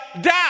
die